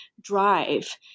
drive